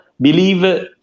believe